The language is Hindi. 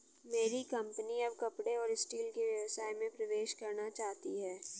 मेरी कंपनी अब कपड़े और स्टील के व्यवसाय में प्रवेश करना चाहती है